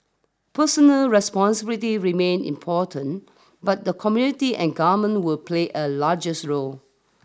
personal responsibility remain important but the community and government will play a largest role